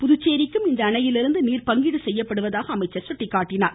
புதுச்சேரிக்கும் இந்த அணையிலிருந்து நீர் பங்கீடு செய்யப்படுவதாக அவர் சுட்டிக்காட்டினார்